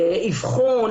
אבחון,